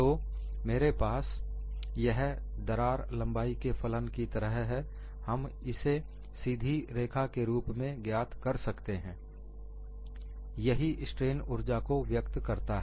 तो मेरे पास यह दरार लंबाई के फलन की तरह है और हम इसे सीधी रेखा के रूप में ज्ञात कर सकते हैं यही स्ट्रेन उर्जा को व्यक्त करता है